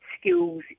skills